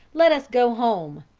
let us go home.